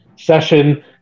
session